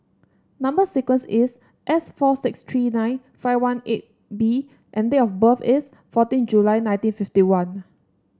number sequence is S four six three nine five one eight B and date of birth is fourteen July nineteen fifty one